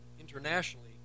internationally